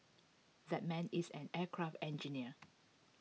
that man is an aircraft engineer